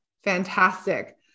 Fantastic